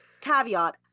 caveat